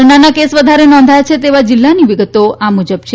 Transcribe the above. કોરોનાના કેસ વધારે નોંધાયા છે તેવા જિલ્લાની વિગતો આ મુજબ છે